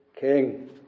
king